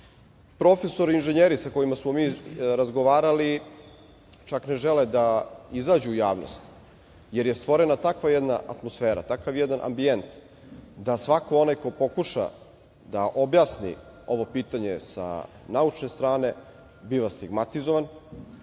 Profesori i inženjeri sa kojima smo mi razgovarali, čak ne žele da izađu u javnost, jer je stvorena takva jedna atmosfera, tako jedan ambijent da svako onaj ko pokuša da objasni ovo pitanje sa naučne strane, biva stigmatizovan.